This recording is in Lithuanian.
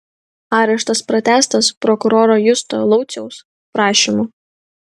areštas pratęstas prokuroro justo lauciaus prašymu